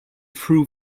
threw